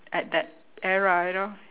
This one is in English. at that era you know